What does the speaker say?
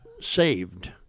saved